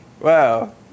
Wow